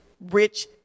rich